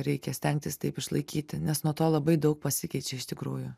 reikia stengtis taip išlaikyti nes nuo to labai daug pasikeičia iš tikrųjų